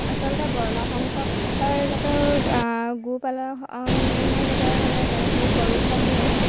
আচলতে বৰ্ণসংক ৰ জাতৰ গো পালন ৰ বাবে সেই গৰুসমূহ